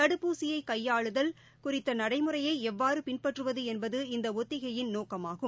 தடுப்பூசியை கையாளுதல் குறித்த நடைமுறையை எவ்வாறு பின்பற்றுவது என்பது இந்த ஒத்திகையின் நோக்கமாகும்